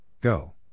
Go